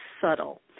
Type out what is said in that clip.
subtle